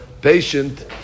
patient